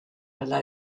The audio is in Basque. alda